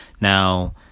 Now